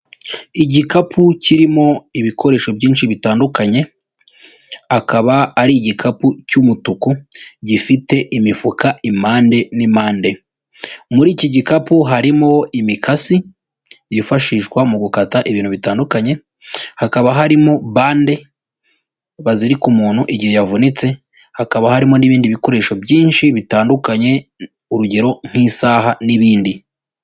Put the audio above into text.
Igikapu kirimo ibikoresho byinshi bitandukanye, akaba ari igikapu cy'umutuku gifite imifuka impande n'impande, muri iki gikapu harimo imikasi yifashishwa mu gukata ibintu bitandukanye, hakaba harimo bande bazirika umuntu igihe yavunitse, hakaba harimo n'ibindi bikoresho byinshi bitandukanye urugero nk'isaha n'ibindi.